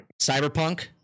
Cyberpunk